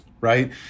right